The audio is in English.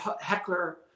heckler